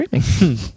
streaming